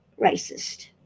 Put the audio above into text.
racist